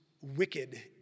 wicked